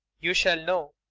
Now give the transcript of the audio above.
you shall know.